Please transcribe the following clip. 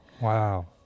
Wow